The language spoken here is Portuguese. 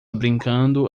brincando